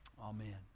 Amen